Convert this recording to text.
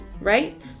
right